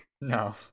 No